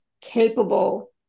capable